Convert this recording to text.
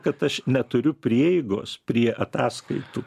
kad aš neturiu prieigos prie ataskaitų